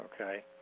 okay